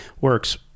works